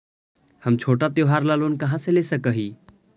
हम छोटा त्योहार ला लोन कहाँ से ले सक ही?